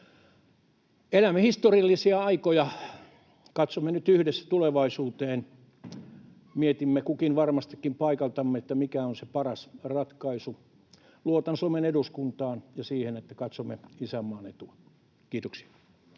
Elämme historiallisia aikoja, katsomme nyt yhdessä tulevaisuuteen, mietimme kukin varmastikin paikaltamme, mikä on se paras ratkaisu. Luotan Suomen eduskuntaan ja siihen, että katsomme isänmaan etua. — Kiitoksia.